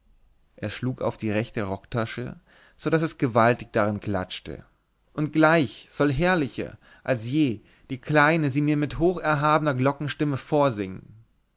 er schlug auf die rechte rocktasche so daß es gewaltig darin klatschte und gleich soll herrlicher als je die kleine sie mir mit hocherhabener glockenstimme vorsingen